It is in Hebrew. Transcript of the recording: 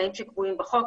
בתנאים שקבועים בחוק,